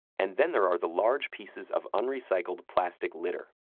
and then there are the large pieces of unrecycled plastic litter,